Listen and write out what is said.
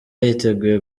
yiteguye